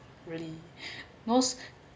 really most